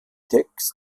text